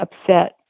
upset